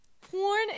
Porn